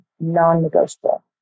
non-negotiable